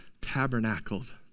Tabernacled